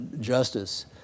justice